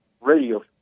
radio